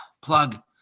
plug